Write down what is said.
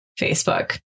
Facebook